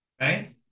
right